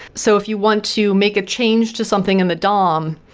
so if you want to make a change to something in the dom,